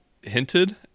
hinted